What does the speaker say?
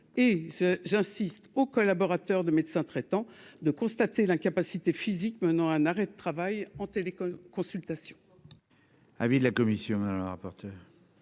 et j'insiste, aux collaborateurs de médecin traitant de constater l'incapacité physique maintenant un arrêt de travail en télé consultation. Avis de la commission, alors rapporteur.